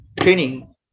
training